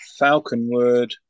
Falconwood